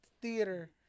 theater